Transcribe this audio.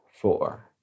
four